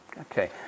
Okay